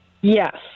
Yes